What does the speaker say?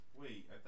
Wait